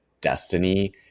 destiny